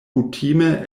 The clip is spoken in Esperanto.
kutime